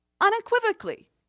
unequivocally